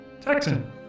Texan